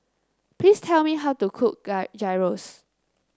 please tell me how to cook Gyros